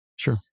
Sure